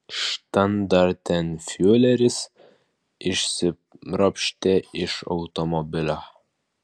štandartenfiureris išsiropštė iš automobilio